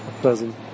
pleasant